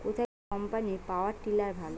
কোন কম্পানির power tiller ভালো?